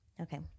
Okay